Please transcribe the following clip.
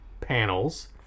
panels